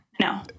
No